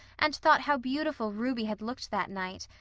and thought how beautiful ruby had looked that night,